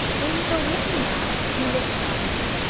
will you go with me now, you little diamond?